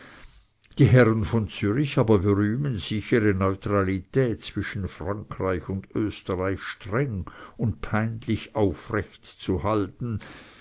die herren von zürich aber berühmen sich ihre neutralität zwischen frankreich und österreich streng und peinlich aufrechtzuhalten